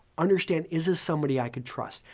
understand, is this somebody i could trust?